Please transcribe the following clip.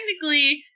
technically